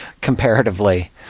comparatively